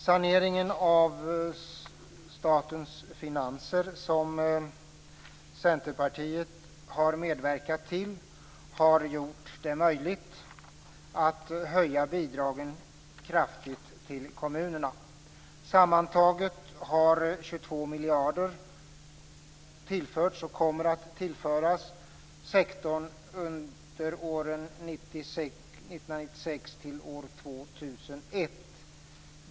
Saneringen av statens finanser som Centerpartiet har medverkat till har gjort det möjligt att höja bidragen kraftigt till kommunerna. Sammantaget har 22 miljarder tillförts och kommer att tillföras sektorn under åren 1996-2001.